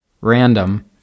random